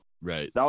right